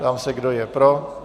Ptám se, kdo je pro?